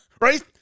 right